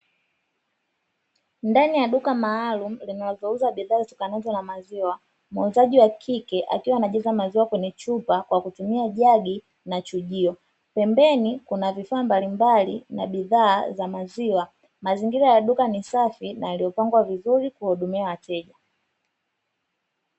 Ndani ya duka maalumu linazouza bidhaa zitokanazo na maziwa, muuzaji wa kike akiwa anajaza maziwa kwenye chupa Kwa kutumia jagi na chujio pembeni kuna vifaa mbalimbali na bidhaa za maziwa, mazingira ya duka ni safi na yaliyopangwa vizuri kuwahudumia wateja.